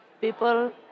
people